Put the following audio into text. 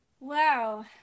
Wow